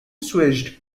switched